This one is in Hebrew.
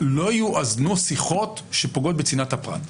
לא יואזנו שיחות שפוגעות בצנעת הפרט.